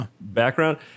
background